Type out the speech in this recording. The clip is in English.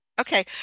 Okay